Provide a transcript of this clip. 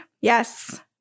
Yes